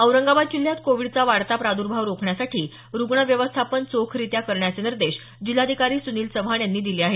औरंगाबाद जिल्ह्यात कोविडचा वाढता प्राद्र्भाव रोखण्यासाठी रुग्ण व्यवस्थापन चोखरित्या करण्याचे निर्देश जिल्हाधिकारी सुनील चव्हाण यांनी दिले आहेत